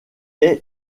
est